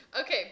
Okay